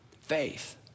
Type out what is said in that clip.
faith